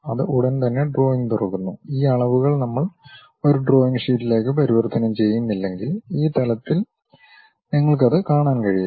ഇത് ഉടൻ തന്നെ ഡ്രോയിംഗ് തുറക്കുന്നു ഈ അളവുകൾ നമ്മൾ ഒരു ഡ്രോയിംഗ് ഷീറ്റിലേക്ക് പരിവർത്തനം ചെയ്യുന്നില്ലെങ്കിൽ ഈ തലത്തിൽ നിങ്ങൾക്കത് കാണാൻ കഴിയില്ല